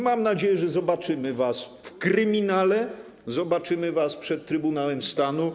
Mam nadzieję, że zobaczymy was w kryminale, zobaczymy was przed Trybunałem Stanu.